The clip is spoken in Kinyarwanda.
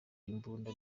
imbunda